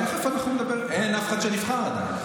תכף אנחנו נדבר, אין אף שנבחר עדיין.